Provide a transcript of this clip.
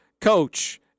coach